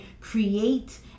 create